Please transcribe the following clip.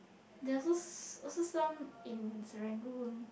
there's also also some in Serangoon